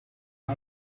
for